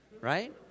Right